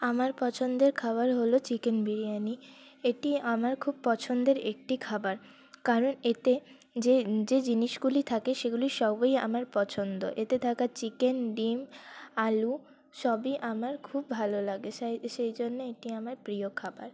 আমার পছন্দের খাবার হলো চিকেন বিরিয়ানি এটি আমার খুব পছন্দের একটি খাবার কারণ এতে যে যে জিনিসগুলি থাকে সেগুলি সবই আমার পছন্দ এতে থাকা চিকেন ডিম আলু সবই আমার খুব ভালো লাগে সেই সেই জন্যে এটি আমার প্রিয় খাবার